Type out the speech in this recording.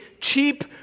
cheap